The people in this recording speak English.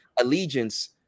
allegiance